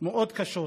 מאוד קשות.